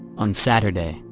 on saturday,